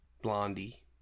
blondie